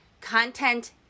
content